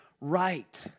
right